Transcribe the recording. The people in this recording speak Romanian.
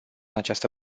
această